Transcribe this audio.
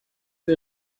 sie